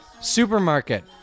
Supermarket